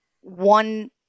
one